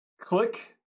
Click